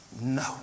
No